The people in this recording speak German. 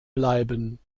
bleiben